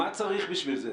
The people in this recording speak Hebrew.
מה צריך בשביל זה?